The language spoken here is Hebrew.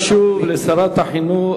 על שהרשית לי לומר את הדברים.